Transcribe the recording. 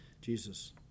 Jesus